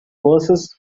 verses